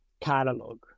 catalog